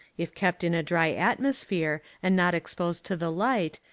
if kept in a dry atmosphere and not exposed to the light,